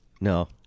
No